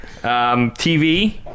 TV